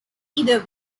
either